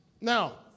Now